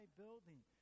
building